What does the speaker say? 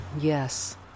yes